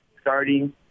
starting